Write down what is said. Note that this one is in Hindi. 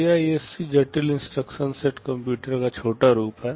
सीआईएससी जटिल इंस्ट्रक्शन सेट कंप्यूटर का छोटा रूप है